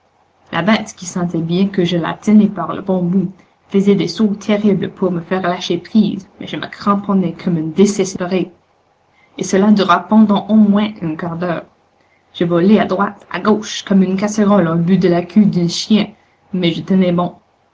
la bête qui sentait bien que je la tenais par le bon bout faisait des sauts terribles pour me faire lâcher prise mais je me cramponnais comme un désespéré et cela dura pendant au moins un quart d'heure je volais à droite à gauche comme une casserole au bout de la queue d'un chien mais je tenais bon